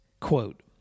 Quote